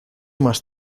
más